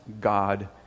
God